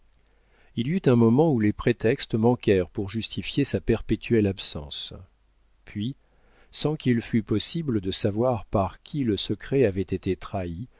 il y eut un moment où les prétextes manquèrent pour justifier sa perpétuelle absence puis sans qu'il fût possible de savoir par qui le secret avait été trahi